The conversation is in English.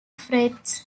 frets